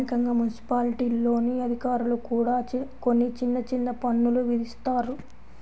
స్థానికంగా మున్సిపాలిటీల్లోని అధికారులు కూడా కొన్ని చిన్న చిన్న పన్నులు విధిస్తారు